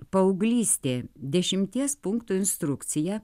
paauglystė dešimties punktų instrukcija